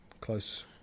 close